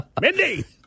Mindy